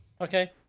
Okay